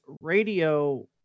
Radio